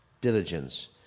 diligence